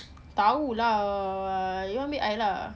tahu lah you ambil I lah